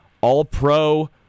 All-Pro